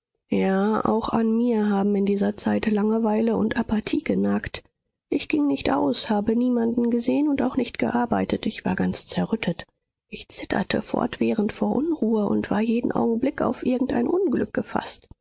ja auch an mir haben in dieser zeit langeweile und apathie genagt ich ging nicht aus habe niemanden gesehen und auch nicht gearbeitet ich war ganz zerrüttet ich zitterte fortwährend vor unruhe und war jeden augenblick auf irgendein unglück gefaßt